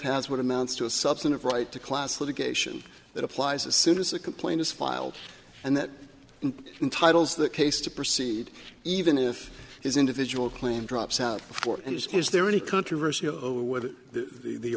has what amounts to a substantive right to class litigation that applies as soon as a complaint is filed and that entitles the case to proceed even if his individual claim drops out before and is there any controversy over whether the